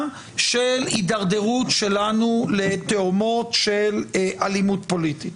של הידרדרות שלנו לתהומות של אלימות פוליטית.